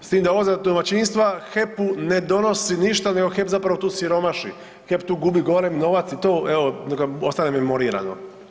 S tim da ovo za domaćinstva HEP-u ne donosi ništa nego HEP zapravo tu siromaši, HEP tu gubi golem novac i to evo neka ostane memorirano.